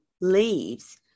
leaves